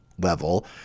level